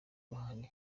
bahari